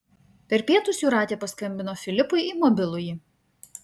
per pietus jūratė paskambino filipui į mobilųjį